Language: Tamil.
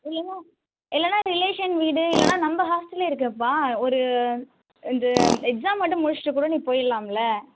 இல்லைனா இல்லைனா ரிலேஷன் வீடு இல்லைனா நம்ம ஹாஸ்டல் இருக்குதுப்பா ஒரு இந்த எக்ஸாம் மட்டும் முடிச்சிட்டு கூட நீ போயிடல்லாம்ல